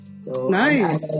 Nice